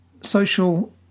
social